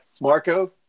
Marco